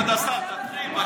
כבוד השר, תקריא.